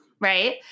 right